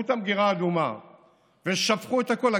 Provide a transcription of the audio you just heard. פתחו את המגירה האדומה ושפכו את הכול.